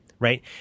Right